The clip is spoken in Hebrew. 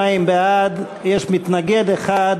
חברי הכנסת, 42 בעד, מתנגד אחד,